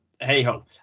hey-ho